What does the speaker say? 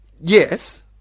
Yes